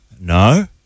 No